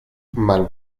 man